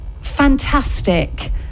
fantastic